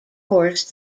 horse